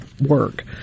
work